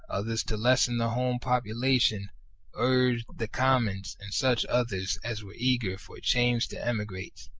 others to lessen the home-population, urged the commons and such others as were eager for change to emigrate,